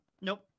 Nope